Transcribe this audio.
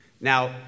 Now